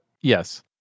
yes